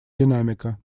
динамика